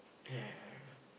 yeah yeah yeah